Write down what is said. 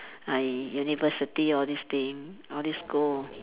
I university all this thing all this goal